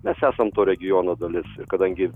mes esam to regiono dali ir kadangi